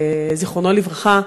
זיכרונו לברכה,